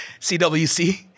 CWC